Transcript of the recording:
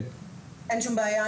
אין שום בעיה,